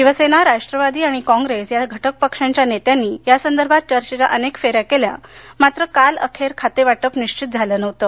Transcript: शिवसेना राष्ट्रवादी आणि कॉप्रेस या घटक पक्षांच्या नेत्यांनी यासंदर्भात चर्चेच्या अनेक फेऱ्या केल्या मात्र कालअखेर खातेवाटप निश्वित झालं नव्हतं